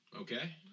okay